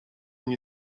nie